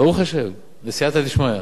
ברוך השם, בסייעתא דשמיא.